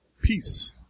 peace